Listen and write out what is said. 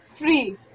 Free